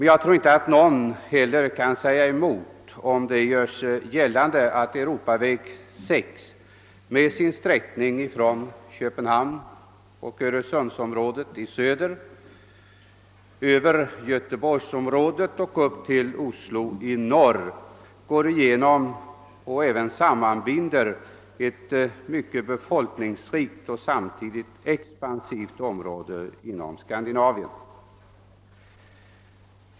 Jag tror emellertid inte att någon kan invända mot påståendet att Europaväg 6 i sin sträckning från Köpenhamn och öresundsområdet i söder över göteborgsområdet och upp till Oslo i norr går igenom och även sammanbinder ett mycket befolkningsrikt och samtidigt expansivt område inom Skandinavien.